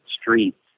streets